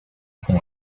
con